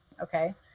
okay